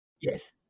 Yes